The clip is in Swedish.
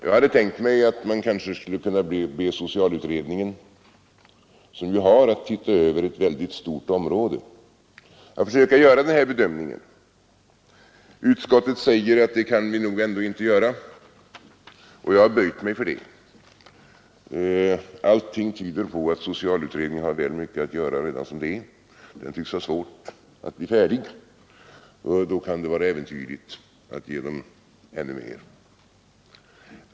Jag hade tänkt mig att man kanske skulle kunna be socialutredningen, som ju har att se över ett väldigt stort område, att försöka göra den här bedömningen. Utskottet säger att det kan man nog ändå inte göra, och jag har böjt mig för detta. Allting tyder på att socialutredningen har väl mycket att göra redan som det är. Den tycks ha svårt att bli färdig, och då kan det vara äventyrligt att ge den ännu mer.